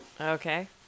Okay